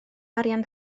arian